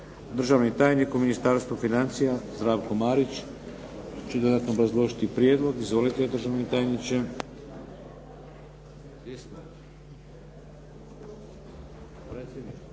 Državni tajnik u Ministarstvu financija Zdravko Marić će dodatno obrazložiti prijedlog. Izvolite državni tajniče.